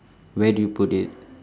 where do you put it